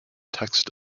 text